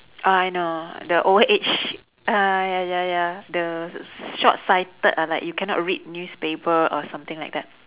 oh I know the old age uh ya ya ya the s~ short sighted uh like you cannot read newspaper or something like that